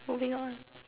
moving on